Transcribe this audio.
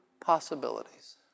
possibilities